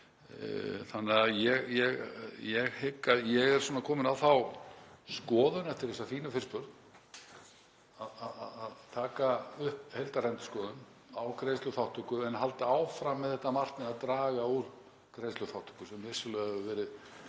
Ég er kominn á þá skoðun eftir þessa fínu fyrirspurn að taka upp heildarendurskoðun á greiðsluþátttöku en halda áfram með það markmið að draga úr greiðsluþátttöku sem vissulega hefur verið